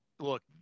look